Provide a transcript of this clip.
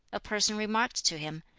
a person remarked to him,